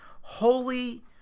holy